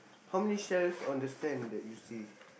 how many shells on the sand that you see